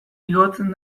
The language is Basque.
igotzen